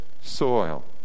soil